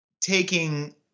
taking